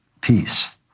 peace